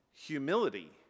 humility